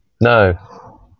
no